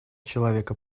человека